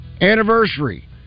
anniversary